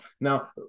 Now